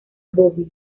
bobby